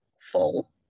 full